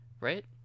right